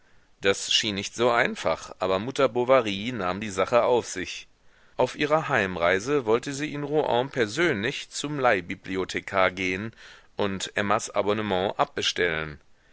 das schien nicht so einfach aber mutter bovary nahm die sache auf sich auf ihrer heimreise wollte sie in rouen persönlich zum leihbibliothekar gehen und emmas abonnement abbestellen